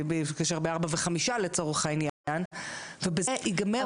התקשר ב-16:05 לצורך העניין ובזה זה ייגמר.